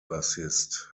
bassist